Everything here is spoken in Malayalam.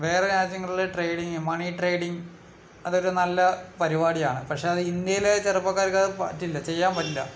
വേറെ രാജ്യങ്ങളിലെ ട്രേഡിങ് മണി ട്രേഡിങ് അതൊരു നല്ല പരിപാടിയാണ് പക്ഷേ അത് ഇന്ത്യയിലെ ചെറുപ്പക്കാർക്ക് അത് പറ്റില്ല ചെയ്യാൻ പറ്റില്ല